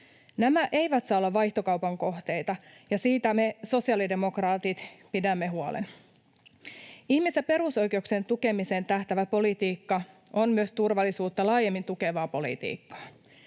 Nämä eivät saa olla vaihtokaupan kohteita, ja siitä me sosiaalidemokraatit pidämme huolen. Ihmis- ja perusoikeuksien tukemiseen tähtäävä politiikka on myös turvallisuutta laajemmin tukevaa politiikkaa.